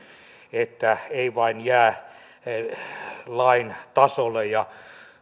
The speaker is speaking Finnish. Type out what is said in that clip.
että se ei jää vain lain tasolle ja